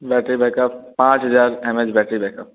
battery backup पाँच हज़ार M H battery backup